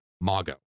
Mago